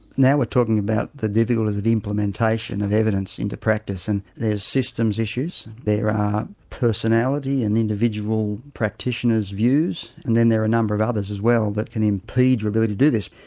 now we're talking about the difficulties of the implementation of evidence into practice and there are systems issues, there are personality and individual practitioners' views and then there are a number of others as well that can impede your ability to do this.